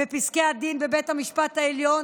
בפסקי הדין בבית המשפט העליון